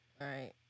Right